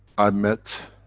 i met,